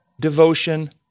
devotion